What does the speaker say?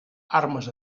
armes